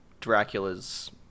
Dracula's